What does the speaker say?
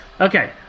Okay